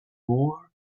moor